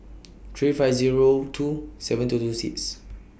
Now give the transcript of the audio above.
three five Zero two seven two two six